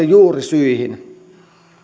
juurisyihin